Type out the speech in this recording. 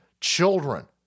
children